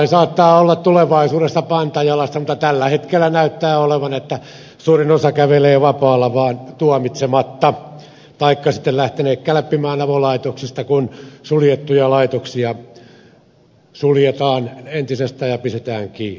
joillain saattaa olla tulevaisuudessa panta jalassa mutta tällä hetkellä näyttää olevan niin että suurin osa kävelee vapaalla vaan tuomitsemattomana taikka sitten he ovat lähteneet kälppimään avolaitoksista kun suljettuja laitoksia suljetaan entisestään ja pistetään kiinni valitettavasti